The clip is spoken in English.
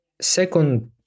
second